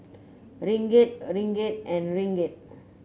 Ringgit Ringgit and Ringgit